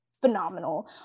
phenomenal